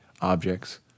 objects